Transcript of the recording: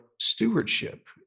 stewardship